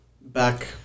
back